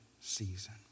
season